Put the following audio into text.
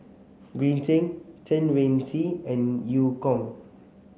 Green Zeng Chen Wen Hsi and Eu Kong